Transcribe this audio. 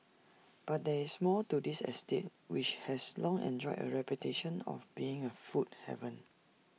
but there is more to this estate which has long enjoyed A reputation of being A food haven